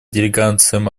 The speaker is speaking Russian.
делегациям